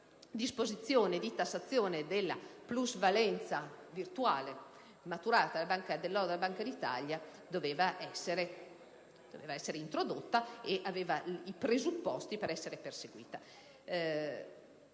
la misura della tassazione della plusvalenza virtuale maturata dall'oro della Banca d'Italia doveva essere introdotta e aveva le premesse per essere perseguita.